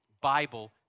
Bible